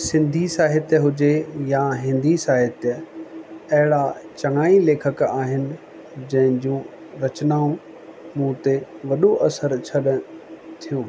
सिंधी साहित्य हुजे या हिंदी साहित्य अहिड़ा चङा ई लेखक आहिनि जंहिंजूं रचनाऊं मूं ते वॾो असरु छॾनि थियूं